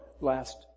last